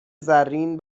زرین